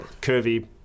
Curvy